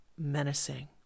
menacing